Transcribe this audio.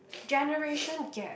generation gap